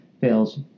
fails